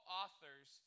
authors